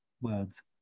words